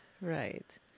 right